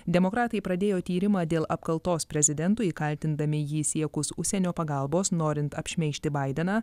demokratai pradėjo tyrimą dėl apkaltos prezidentui kaltindami jį siekus užsienio pagalbos norint apšmeižti baideną